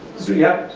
so yeah,